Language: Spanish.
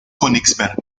königsberg